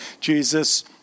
Jesus